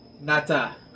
Nata